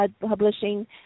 publishing